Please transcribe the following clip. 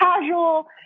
casual